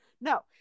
No